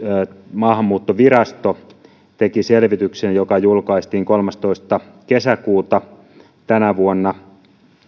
maahanmuuttovirasto teki selvityksen joka julkaistiin kolmastoista kesäkuuta tänä vuonna